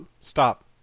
Stop